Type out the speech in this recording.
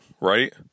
right